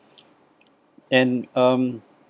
and um